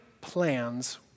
plans